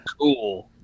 Cool